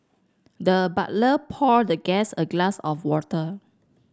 the butler poured the guest a glass of water